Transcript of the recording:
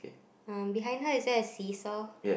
um behind her is there a seesaw